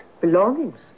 Belongings